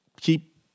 keep